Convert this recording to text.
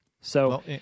So-